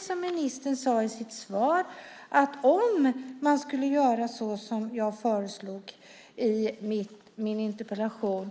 Som ministern sade i sitt svar behövs det en ny utredning om vi skulle införa ett annat förfarande som jag föreslog i min interpellation.